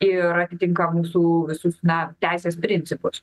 ir atitinka mūsų visus na teisės principus